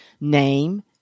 name